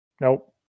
Nope